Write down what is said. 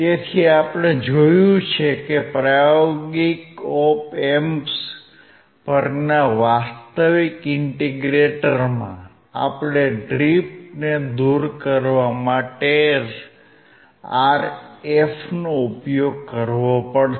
તેથી આપણે જોયું છે કે પ્રાયોગિક ઓપ એમ્પ્સ પરના વાસ્તવિક ઇન્ટિગ્રેટરમાં આપણે ડ્રિફ્ટને દૂર કરવા માટે Rfનો ઉપયોગ કરવો પડશે